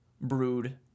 brood